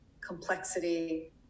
complexity